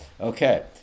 Okay